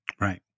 Right